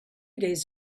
days